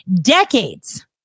decades